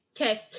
Okay